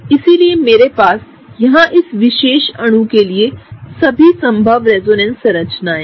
इसलिएमेरेपास यहां इस विशेष अणु के लिए सभी संभव रेजोनेंस संरचनाएं हैं